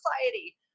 society